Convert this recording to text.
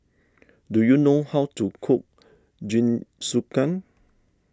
do you know how to cook Jingisukan